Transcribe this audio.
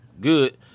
good